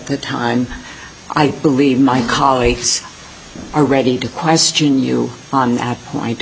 that time i believe my colleagues are ready to question you on that point